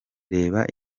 reba